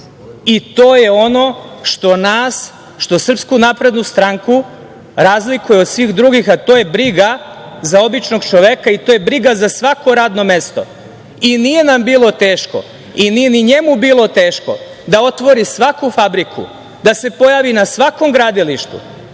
je ono što nas, što SNS razlikuje od svih drugih, a to je briga za običnog čoveka i to je briga za svako radno mesto. I nije nam bilo teško, nije ni njemu bilo teško da otvori svaku fabriku, da se pojavi na svakom gradilištu,